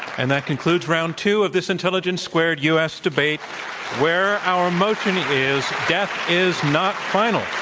and that concludes round two of this intelligence squared u. s. debate where our motion is death is not final.